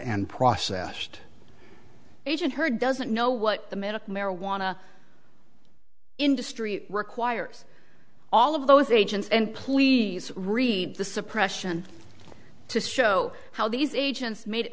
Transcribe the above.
and processed agent her doesn't know what the medical marijuana industry requires all of those agents and please read the suppression to show how these agents made it